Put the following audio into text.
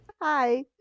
Hi